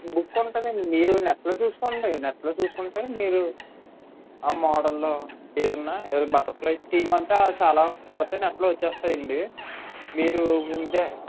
look ఉంటదండి మీరు నెట్లో చూసుకోడి నెట్లో చూసుకుంటే మీరు ఆ మోడల్లో ఏదన్నాఏ బట్టర్ ఫ్లై థీమ్ అంటే అది చాల కొడితే నెట్లో వచ్చేస్తాయండి మీరు ముందే